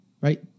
right